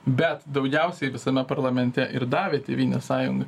bet daugiausiai visame parlamente ir davė tėvynės sąjunga